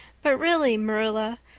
but really, marilla,